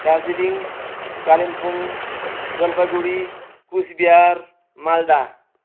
Darjeeling Kalimpong Jalpaiguri Cooch Behar Malda